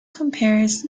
compares